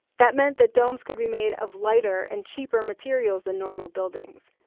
that meant that domes could be made of lighter and cheaper materials than normal buildings,